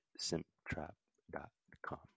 simptrap.com